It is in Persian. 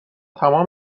تمام